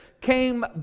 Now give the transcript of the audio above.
came